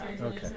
Okay